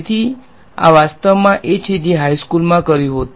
તેથી આ વાસ્તવમાં એ છે જે હાઇસ્કૂલમાં કર્યું હોત